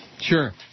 Sure